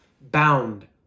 bound